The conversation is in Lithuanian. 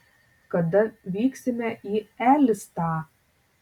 kada vyksime į elistą